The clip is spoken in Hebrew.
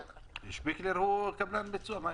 שפיגלר הוא קבלן ביצוע.